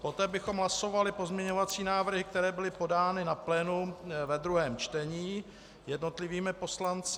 Poté bychom hlasovali pozměňovací návrhy, které byly podány na plénu ve druhém čtení jednotlivými poslanci.